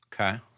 Okay